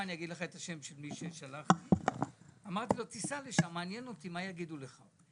מישהו לשם, כי עניין אותי מה יגידו לו.